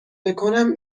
بکنم